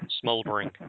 smoldering